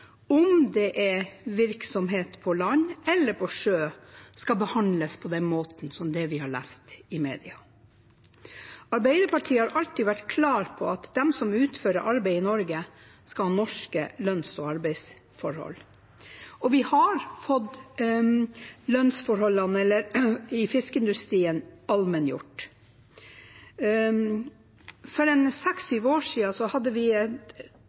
om det er i virksomhet på land eller på sjø, skal behandles på den måten som vi har lest om i media. Arbeiderpartiet har alltid vært klar på at de som utfører arbeid i Norge, skal ha norske lønns- og arbeidsforhold, og vi har fått lønnsforholdene i fiskeindustrien allmenngjort. For seks–syv år siden hadde vi et